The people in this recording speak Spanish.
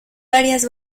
varias